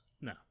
No